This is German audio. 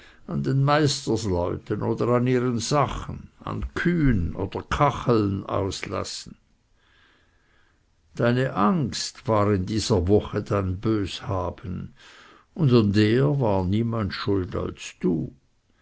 an den meisterleuten oder an ihren sachen an kühen oder kacheln auslassen deine angst war in dieser woche dein böshaben und an der war niemand schuld als du